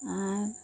ᱟᱨ